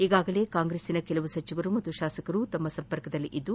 ಈಗಾಗಲೇ ಕಾಂಗ್ರೆಸ್ಸಿನ ಕೆಲ ಸಚಿವರು ಹಾಗೂ ಶಾಸಕರು ತಮ್ಮ ಸಂಪರ್ಕದಲ್ಲಿದ್ದು